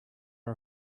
are